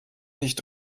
nicht